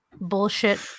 bullshit